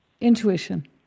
Intuition